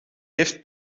heeft